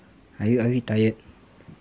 are you are you tired